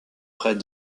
près